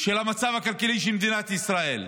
של המצב הכלכלי של מדינת ישראל.